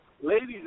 ladies